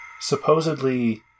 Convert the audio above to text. supposedly